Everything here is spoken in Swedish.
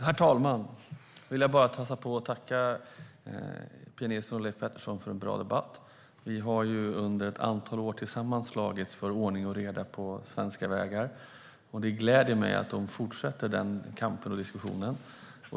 Herr talman! Jag vill passa på att tacka Pia Nilsson och Leif Pettersson för en bra debatt. Vi har under ett antal år tillsammans slagits för ordning och reda på svenska vägar. Det gläder mig att de fortsätter den kampen och diskussionen.